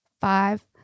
five